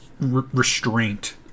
restraint